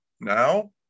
Now